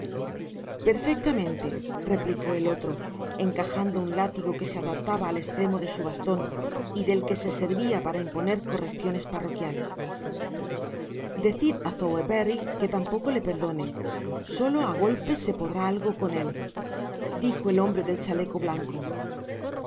perfectamente replicó el otro encajando un látigo que se adaptaba al estremo de su baston y del que se servia para imponer correcciones parroquiales decid á sowerberry que tampoco le perdone solo á golpes se podrá algo con él dijo el hombre del chaleco blanco